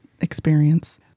experience